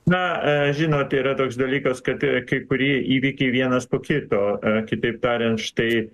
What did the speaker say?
na žinot yra toks dalykas kad kai kurie įvykiai vienas po kito kitaip tariant štai